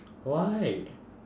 why